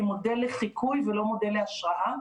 הם מודל לחיקוי ולא מודל להשראה.